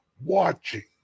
watching